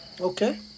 okay